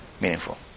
meaningful